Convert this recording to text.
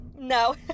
No